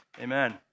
Amen